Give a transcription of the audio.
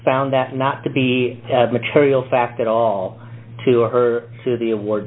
found that not to be material fact at all to her to the award